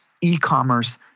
e-commerce